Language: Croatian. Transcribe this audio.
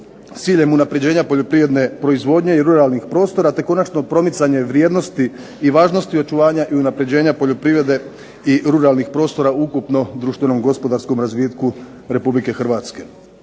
ciljem unapređenja poljoprivredne proizvodnje i ruralnih prostora te konačno promicanje vrijednosti važnosti očuvanja i unapređenja poljoprivrede i ruralnih prostora ukupnom društveno gospodarskom razvitku Republike Hrvatske.